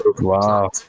Wow